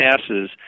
passes